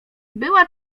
była